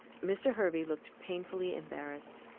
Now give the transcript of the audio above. mr. hervey looked painfully embarrassed,